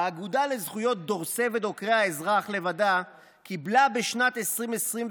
האגודה לזכויות דורסי ודוקרי האזרח לבדה קיבלה בשנת 2021,